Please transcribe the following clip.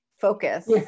focus